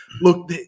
look